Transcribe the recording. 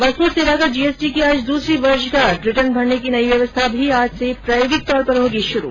वस्तु और सेवाकर जीएसटी की आज दूसरी वर्षगांठ रिटर्न भरने की नई व्यवस्था भी आज से प्रायोगिक तौर पर होगी शुरू